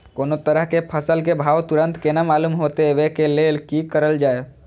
कोनो तरह के फसल के भाव तुरंत केना मालूम होते, वे के लेल की करल जाय?